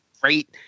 great